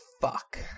fuck